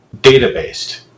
data-based